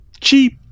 cheap